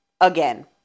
again